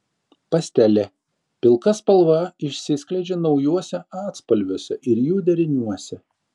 pastelė pilka spalva išsiskleidžia naujuose atspalviuose ir jų deriniuose